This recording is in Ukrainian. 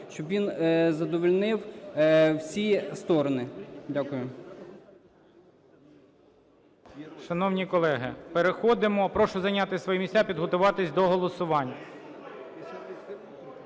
щоб він задовольнив всі сторони. Дякую.